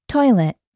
Toilet